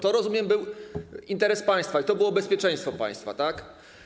To, rozumiem, był interes państwa, i to było bezpieczeństwo państwa, tak?